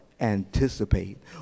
anticipate